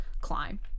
climb